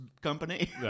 company